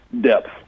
depth